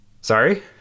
Sorry